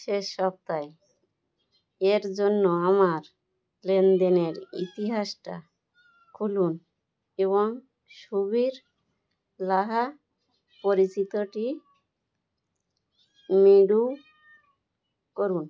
শেষ সপ্তাহে এর জন্য আমার লেনদেনের ইতিহাসটা খুলুন এবং সুবীর লাহা পরিচিতটি মিরু করুন